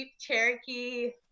Cherokee